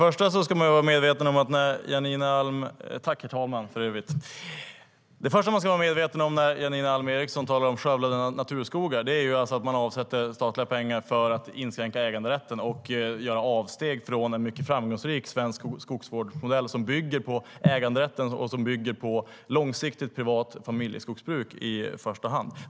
Herr talman! Det första man ska vara medveten om när Janine Alm Ericson talar om skövlade naturskogar är att regeringen avsätter statliga pengar för att inskränka äganderätten och göra avsteg från en mycket framgångsrik svensk skogsvårdsmodell som bygger på äganderätten och på långsiktigt privat familjeskogsbruk i första hand.